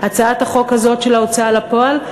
הצעת החוק הזאת של ההוצאה לפועל,